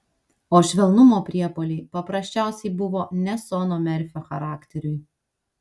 o švelnumo priepuoliai paprasčiausiai buvo ne sono merfio charakteriui